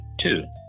two